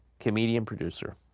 comedian, producer